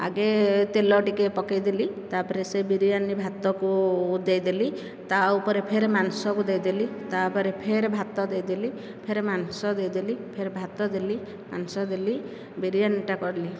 ଆଗେ ତେଲ ଟିକିଏ ପକେଇଦେଲି ତାପରେ ସେ ବିରିୟାନି ଭାତକୁ ଦେଇଦେଲି ତାଉପରେ ଫେର ମାଂସକୁ ଦେଇଦେଲି ତାପରେ ଫେର ଭାତ ଦେଇଦେଲି ଫେର ମାଂସ ଦେଇଦେଲି ଫେର ଭାତ ଦେଲି ମାଂସ ଦେଲି ବିରିୟାନିଟା କଲି